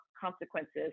consequences